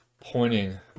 pointing